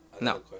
No